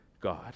God